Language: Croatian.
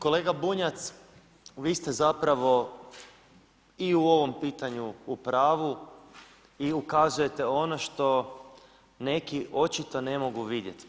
Kolega Bunjac, vi ste zapravo i u ovom pitanju u pravu i ukazujete ono što neki očito ne mogu vidjeti.